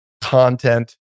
content